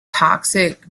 toxic